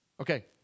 Okay